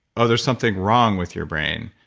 ah there's something wrong with your brain,